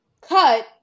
cut